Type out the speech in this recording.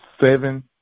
seven